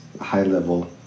high-level